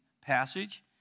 passage